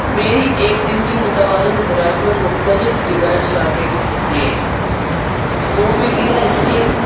میری ایک دن کی متوازن خوراک میں مختلف غذائیں شامل ہیں وہ میں غذا اس لیے